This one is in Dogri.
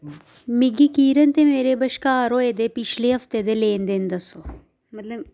मिगी किरण ते मेरे बश्कार होए दे पिछले हफ्ते दे लेन देन दस्सो